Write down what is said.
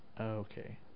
Okay